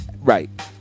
Right